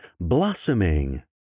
blossoming